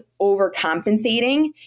overcompensating